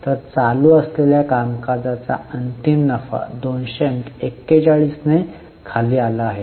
तर चालू असलेल्या कामकाजाचा अंतिम नफा 241 ने खाली आला आहे